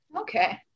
Okay